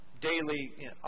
daily